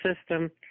system